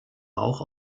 rauch